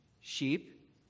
sheep